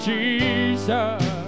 Jesus